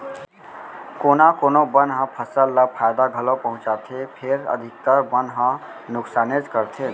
कोना कोनो बन ह फसल ल फायदा घलौ पहुँचाथे फेर अधिकतर बन ह नुकसानेच करथे